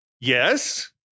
Yes